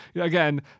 again